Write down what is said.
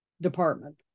department